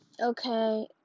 Okay